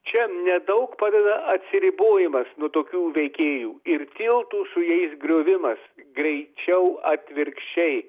čia nedaug padeda atsiribojimas nuo tokių veikėjų ir tiltų su jais griovimas greičiau atvirkščiai